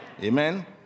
Amen